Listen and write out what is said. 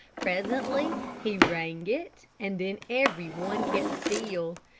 presently he rang it, and then every one kept still.